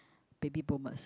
baby boomers